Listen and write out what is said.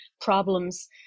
problems